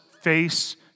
face